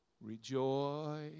Rejoice